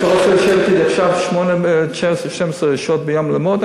ישב 8 12 שעות ביום ללמוד,